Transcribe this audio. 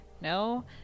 No